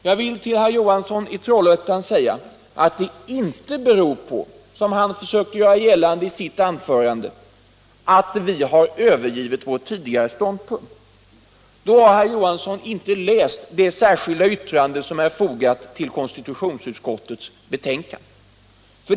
Jag vill till herr Johansson i Trollhättan säga att det inte beror på, som han försökte göra gällande i sitt anförande, att vi har övergivit vår tidigare ståndpunkt. Om herr Johansson tror det kan han inte ha läst det särskilda yttrande som är fogat till konstitutionsutskottets betänkande.